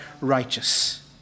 righteous